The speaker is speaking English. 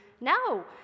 no